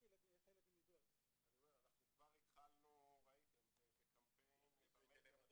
אנחנו כבר התחלנו בקמפיין במדיה,